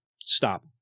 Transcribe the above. stop